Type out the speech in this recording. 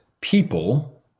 people